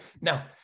Now